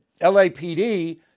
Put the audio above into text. LAPD